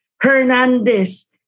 Hernandez